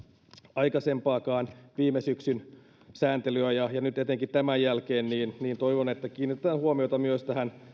aikaisempaakaan viime syksyn sääntelyä ja ja nyt etenkin tämän jälkeen toivon että kiinnitetään huomiota myös tähän